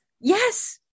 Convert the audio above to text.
Yes